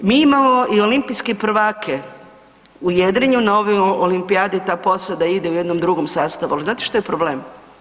Mi imamo i olimpijske prvake u jedrenju, na ovoj olimpijadi ta posada ide u jednom drugom sastavu ali znate šta je problem?